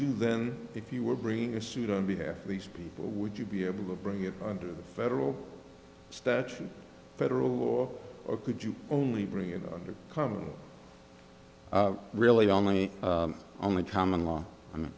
you then if you were bringing a suit on behalf of these people would you be able to bring it under the federal statute federal law or could you only bring in common really only only common law and